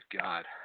God